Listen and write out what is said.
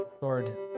Lord